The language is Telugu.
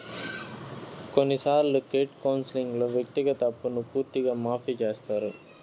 కొన్నిసార్లు క్రెడిట్ కౌన్సిలింగ్లో వ్యక్తిగత అప్పును పూర్తిగా మాఫీ చేత్తారు